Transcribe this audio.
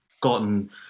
gotten